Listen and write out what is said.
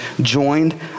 joined